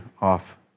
off